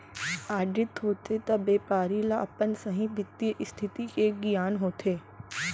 audit होथे त बेपारी ल अपन सहीं बित्तीय इस्थिति के गियान होथे